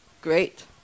great